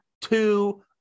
two